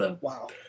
Wow